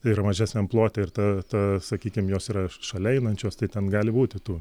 ir mažesniam plote ir ta ta sakykim jos yra šalia einančios tai ten gali būti tų